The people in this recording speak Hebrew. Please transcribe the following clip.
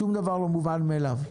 שום דבר לא מובן מאליו.